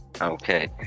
Okay